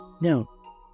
No